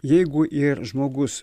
jeigu ir žmogus